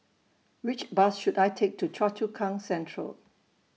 Which Bus should I Take to Choa Chu Kang Central